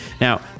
now